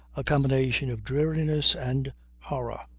a combination of dreariness and horror.